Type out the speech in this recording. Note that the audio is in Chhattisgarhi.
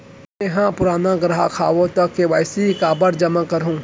मैं ह पुराना ग्राहक हव त के.वाई.सी काबर जेमा करहुं?